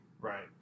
Right